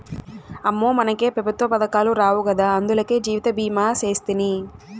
అమ్మో, మనకే పెఋత్వ పదకాలు రావు గదా, అందులకే జీవితభీమా సేస్తిని